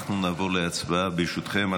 אנחנו נעבור להצבעה, ברשותכם.